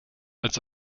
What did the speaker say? als